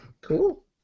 Cool